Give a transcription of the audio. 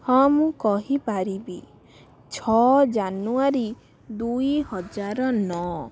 ହଁ ମୁଁ କହିପାରିବି ଛଅ ଜାନୁଆରୀ ଦୁଇ ହଜାର ନଅ